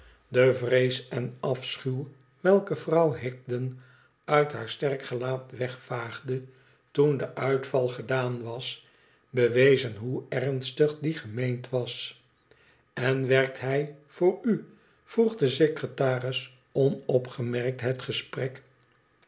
de vrees en afschuw welke vrouw higden uit haar sterk gelaat wegvaagde toen de uitval gedaan was bewezen hoe ernstig die gemeend was len werkt hij voor u vroeg de secretaris onopgemerkt het gesprek